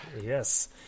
yes